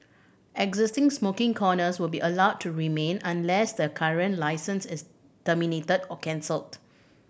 existing smoking corners will be allowed to remain unless the current licence is terminated or cancelled